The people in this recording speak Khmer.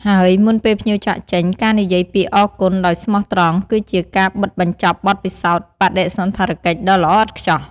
ហើយមុនពេលភ្ញៀវចាកចេញ ការនិយាយពាក្យ "អរគុណ" ដោយស្មោះត្រង់ គឺជាការបិទបញ្ចប់បទពិសោធន៍បដិសណ្ឋារកិច្ចដ៏ល្អឥតខ្ចោះ។